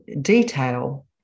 detail